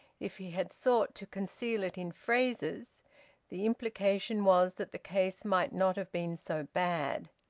if he had sought to conceal it in phrases the implication was that the case might not have been so bad.